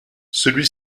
celui